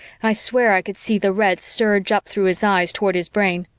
i swear i could see the red surge up through his eyes toward his brain.